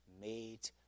made